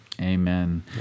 Amen